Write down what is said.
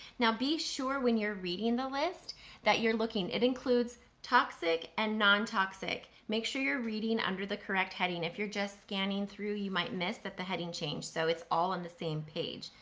now be sure when you're reading the list that you're looking. it includes toxic and non-toxic. make sure you're reading under the correct heading. if you're just scanning through, you might miss that the heading changed, so it's all in the same page.